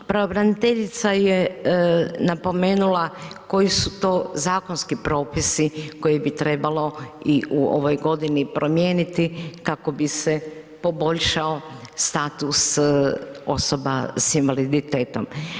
Pravobraniteljica je napomenula koji su to zakonski propisi koje bi trebalo i u ovoj godini i promijeniti, kako bi se poboljšao status osoba s invaliditetom.